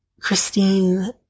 Christine